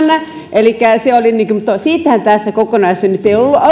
elikkä siitähän tässä kokonaisuudessa nyt ei